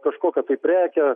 kažkokią prekę